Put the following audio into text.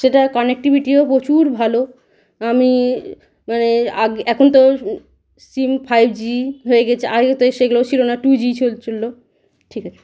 সেটা কানেকটিভিটিও প্রচুর ভালো আমি মানে আগে এখন তো সিম ফাইভ জি হয়ে গেছে আগে তো সেগুলো ছিল না টু জি চলছিল ঠিক আছে